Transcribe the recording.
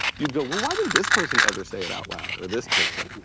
you'd go, well, why didn't this person ever say it out loud, or this person?